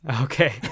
Okay